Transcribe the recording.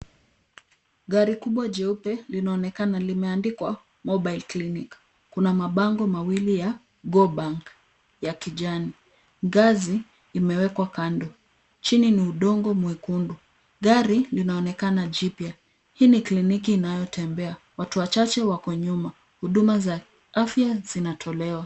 Gari kubwa jeupe, linaonekana limeandikwa mobile clinic. Kuna mabango mawili ya go bank, ya kijani. Ngazi imewekwa kando. Chini ni udongo mwekundu. Gari, linaonekana jipya. Hii ni kliniki inayotembea. Watu wachache wako nyuma. Huduma za afya zinatolewa.